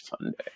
Sunday